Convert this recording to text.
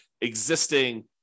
existing